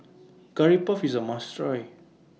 Curry Puff IS A must Try